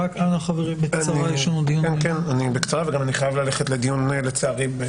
ישבנו ועברנו על הנתונים.